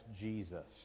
Jesus